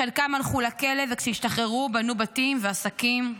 חלקם הלכו לכלא, וכשהשתחררו בנו בתים ועסקים.